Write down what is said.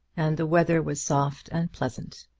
and the weather was soft and pleasant.